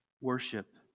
worship